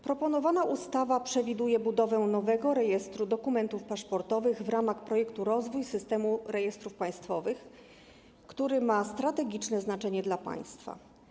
Proponowana ustawa przewiduje budowę nowego rejestru dokumentów paszportowych w ramach projektu „Rozwój systemu rejestrów państwowych”, który ma strategiczne znaczenie dla państwa.